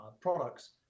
products